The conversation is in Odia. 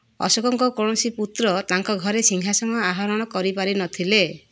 ଅଶୋକଙ୍କ କୌଣସି ପୁତ୍ର ତାଙ୍କ ଘରେ ସିଂହାସନ ଆହୋରଣ କରିପାରିନଥିଲେ